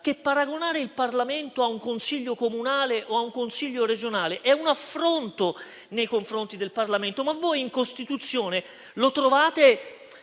che paragonare il Parlamento a un Consiglio comunale o a un Consiglio regionale è un affronto nei confronti del Parlamento. Ma voi in Costituzione trovate